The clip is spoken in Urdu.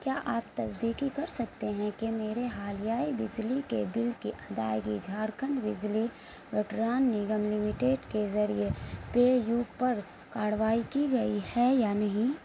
کیا آپ تصدیقی کر سکتے ہیں کہ میرے حالیائی بجلی کے بل کی ادائیگی جھارکھنڈ بجلی وٹران نگم لمیٹڈ کے ذریعے پے یو پر کاروائی کی گئی ہے یا نہیں